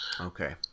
Okay